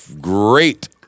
great